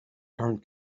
current